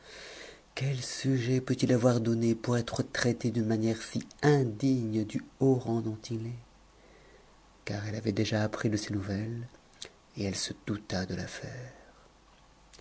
que sujet peut-il avoir donne pour être traité d'une manière si indigne du haut rang dont il est car elle avait d à appris de ses nouvelles et elle se douta de